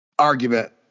argument